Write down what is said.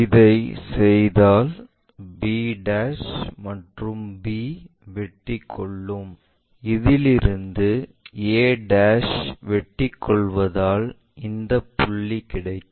இதை செய்தால் b மற்றும் b வெட்டிக்கொள்ளும் இதிலிருந்து a வெட்டிக் கொள்வதால் ஒரு புள்ளி கிடைக்கும்